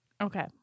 Okay